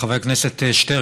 לחבר הכנסת שטרן,